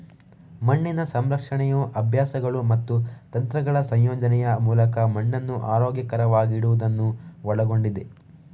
ಮಣ್ಣಿನ ಸಂರಕ್ಷಣೆಯು ಅಭ್ಯಾಸಗಳು ಮತ್ತು ತಂತ್ರಗಳ ಸಂಯೋಜನೆಯ ಮೂಲಕ ಮಣ್ಣನ್ನು ಆರೋಗ್ಯಕರವಾಗಿಡುವುದನ್ನು ಒಳಗೊಂಡಿದೆ